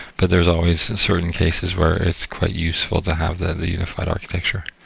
but there's always in certain cases, where it's quite useful to have that, the unified architecture.